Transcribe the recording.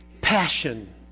passion